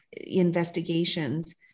investigations